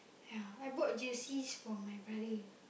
ya I bought jerseys for my brother